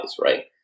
Right